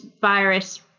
virus